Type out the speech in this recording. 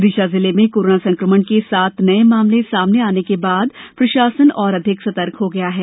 विदिशा जिले में कोरोना संक्रमण के सात नए मामले सामने आने के बाद प्रशासन और अधिक सतर्क हो गया है